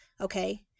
Okay